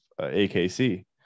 AKC